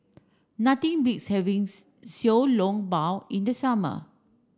nothing beats having Xiao Long Bao in the summer